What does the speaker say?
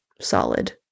solid